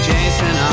Jason